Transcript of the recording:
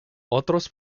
otros